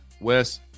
Wes